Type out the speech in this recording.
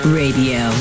radio